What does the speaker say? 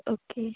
okay